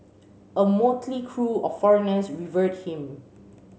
a motley crew of foreigners revered him